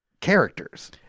characters